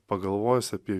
pagalvojus apie